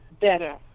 better